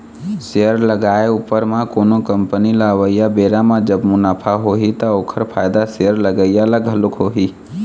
share लगाए उपर म कोनो कंपनी ल अवइया बेरा म जब मुनाफा होही ता ओखर फायदा शेयर लगइया ल घलोक होही